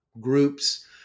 groups